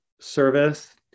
service